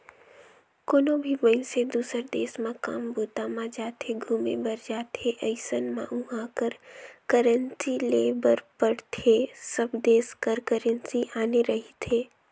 कोनो भी मइनसे दुसर देस म काम बूता म जाथे, घुमे बर जाथे अइसन म उहाँ कर करेंसी लेय बर पड़थे सब देस कर करेंसी आने रहिथे